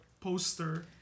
poster